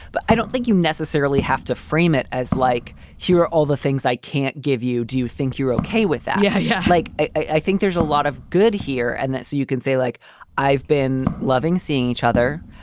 but i don't think you necessarily have to frame it as like here are all the things i can't give you. do you think you're okay with that? yeah. yeah, like i think there's a lot of good here and that. so you can say like i've been loving seeing each other.